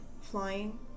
flying